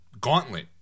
gauntlet